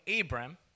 Abram